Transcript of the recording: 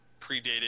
predated